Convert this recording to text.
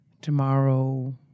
Tomorrow